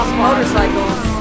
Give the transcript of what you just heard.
motorcycles